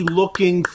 looking